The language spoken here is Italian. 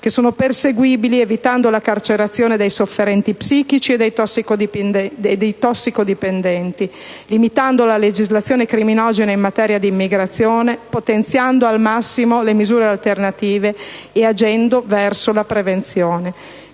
che sono perseguibili evitando la carcerazione dei sofferenti psichici e dei tossicodipendenti, limitando la legislazione crimonogena in materia di immigrazione, potenziando al massimo le misure alternative ed agendo, come descritto, verso la prevenzione.